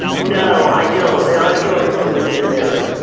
no, i don't. i feel like it's always been there.